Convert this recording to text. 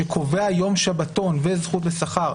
שקובע יום שבתון וזכות לשכר,